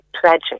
tragic